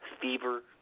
fever